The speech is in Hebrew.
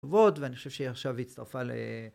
ועוד ואני חושב שהיא עכשיו הצטרפה ל...